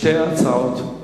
שתי ההצעות.